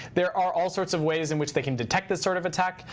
there are all sorts of ways in which they can detect this sort of attack.